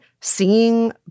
seeing